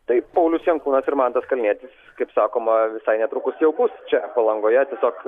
tai paulius jankūnas ir mantas kalnietis kaip sakoma visai netrukus jau bus čia palangoje tiesiog